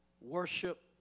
worship